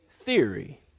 theory